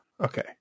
Okay